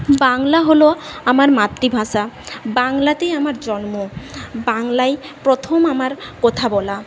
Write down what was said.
বাংলা হল আমার মাতৃভাষা বাংলাতেই আমার জন্ম বাংলায় প্রথম আমার কথা বলা